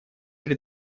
при